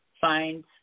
find